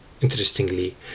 Interestingly